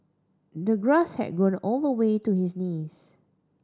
the grass had grown all the way to his knees